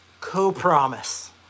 Co-promise